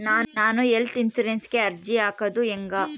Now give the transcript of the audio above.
ನಾನು ಹೆಲ್ತ್ ಇನ್ಸುರೆನ್ಸಿಗೆ ಅರ್ಜಿ ಹಾಕದು ಹೆಂಗ?